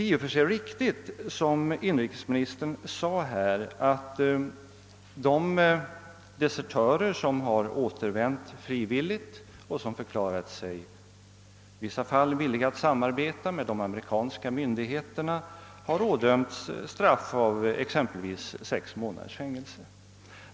I och för sig är det riktigt som inrikesministern här sade, att de desertörer som återvänt frivilligt och i vissa fall förklarat sig villiga att samarbeta med de amerikanska myndigheterna har ådömts straff på exempelvis sex månaders fängelse.